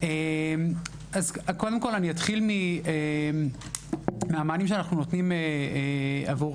אני אתחיל מהמענים שאנחנו נותנים עבור